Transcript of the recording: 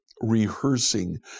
rehearsing